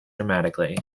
dramatically